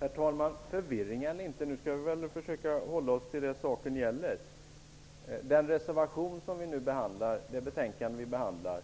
Herr talman! Förvirring eller inte, nu skall vi väl försöka hålla oss till det som saken gäller. Den reservation i det betänkande vi nu behandlar